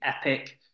epic